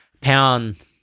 pound –